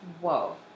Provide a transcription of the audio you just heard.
Whoa